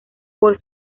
por